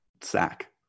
sack